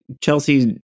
Chelsea